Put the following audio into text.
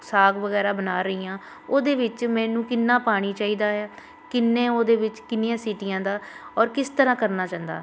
ਸਾਗ ਵਗੈਰਾ ਬਣਾ ਰਹੀ ਹਾਂ ਉਹਦੇ ਵਿੱਚ ਮੈਨੂੰ ਕਿੰਨਾਂ ਪਾਣੀ ਚਾਹੀਦਾ ਆ ਕਿੰਨੇ ਉਹਦੇ ਵਿੱਚ ਕਿੰਨੀਆਂ ਸੀਟੀਆਂ ਦਾ ਔਰ ਕਿਸ ਤਰ੍ਹਾਂ ਕਰਨਾ ਚਾਹੀਦਾ